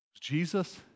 Jesus